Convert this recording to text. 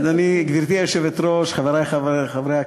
גברתי היושבת-ראש, חברי חברי הכנסת,